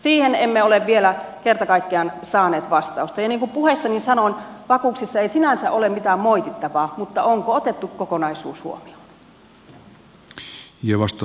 siihen emme ole vielä kerta kaikkiaan saaneet vastausta ja niin kuin puheessani sanoin vakuuksissa ei sinänsä ole mitään moitittavaa mutta onko otettu kokonaisuus huomioon